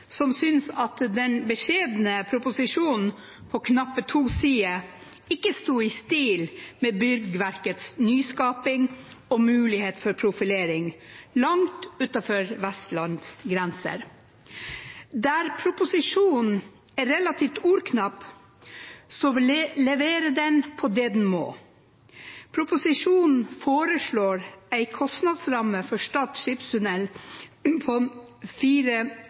som synes at den beskjedne proposisjonen på knappe to sider ikke står i stil med byggverkets nyskaping og mulighet for profilering, langt utenfor Vestlandets grenser. Der proposisjonen er relativt ordknapp, leverer den på det den må. Det foreslås i proposisjonen en kostnadsramme for Stad skipstunnel på